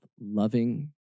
loving